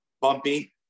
Bumpy